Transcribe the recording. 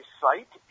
site